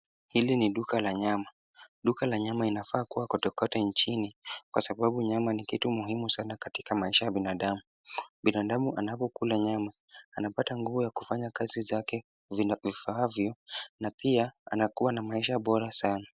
Hili ni duka la nyama. Duka la nyama inafaa kuwa kwotekwote nchini kwa sababu nyama ni kitu muhimu sana katika maisha ya binadamu. Binadamu anapokula nyama anapata nguvu ya kufanya kazi zake vile vifaavyo na pia anakuwa na maisha bora sana.